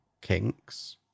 kinks